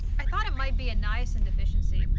i thought it might be a niacin deficiency.